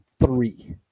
three